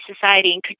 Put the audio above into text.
society